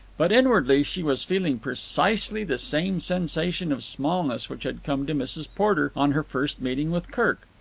but inwardly she was feeling precisely the same sensation of smallness which had come to mrs. porter on her first meeting with kirk.